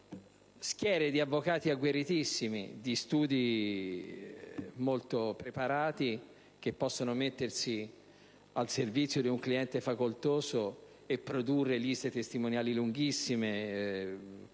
schiere di avvocati agguerritissimi, di studi molto preparati, mettersi al servizio di un cliente facoltoso, producendo liste testimoniali lunghissime